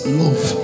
love